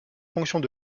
fonctions